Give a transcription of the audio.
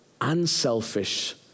unselfish